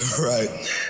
Right